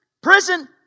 prison